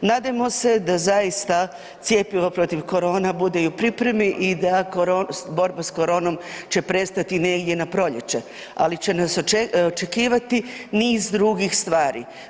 Nadajmo se da zaista cjepivo protiv korona bude i u pripremi i da borba s koronom će prestati negdje na proljeće, ali će nas očekivati niz drugih stvari.